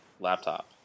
laptop